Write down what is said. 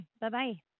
Bye-bye